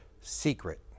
secret